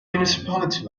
municipality